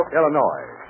Illinois